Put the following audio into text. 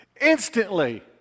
instantly